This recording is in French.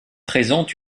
présentent